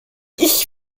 ich